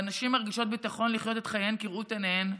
שבה נשים מרגישות ביטחון לחיות את חייהן כראות עיניהן,